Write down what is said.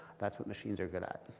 that's what machines are good at.